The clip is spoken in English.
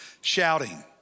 shouting